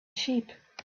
sheep